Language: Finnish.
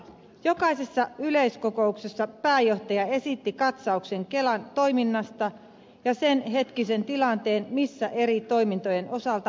jokaisessa yleiskokouksessa pääjohtaja esitti katsauksen kelan toiminnasta ja senhetkisen tilanteen missä eri toimintojen osalta mennään